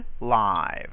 Live